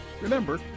Remember